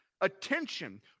attention